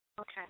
Okay